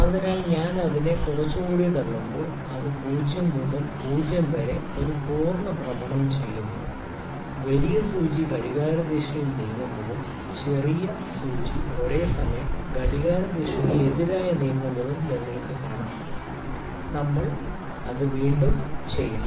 അതിനാൽ ഞാൻ അതിനെ കുറച്ചുകൂടി തള്ളുമ്പോൾ അത് 0 മുതൽ 0 വരെ ഒരു പൂർണ്ണ ഭ്രമണം ചെയ്യുന്നു വലിയ സൂചി ഘടികാരദിശയിൽ നീങ്ങുന്നതും ചെറിയ സൂചി ഒരേ സമയം ഘടികാരദിശയ്ക്ക് എതിരായി നീങ്ങുന്നതും നിങ്ങൾക്ക് കാണാം നമ്മൾ അത് വീണ്ടും ചെയ്യും